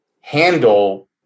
handle